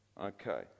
Okay